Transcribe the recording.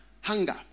hunger